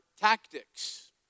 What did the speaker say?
tactics